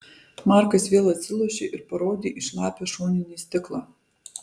markas vėl atsilošė ir parodė į šlapią šoninį stiklą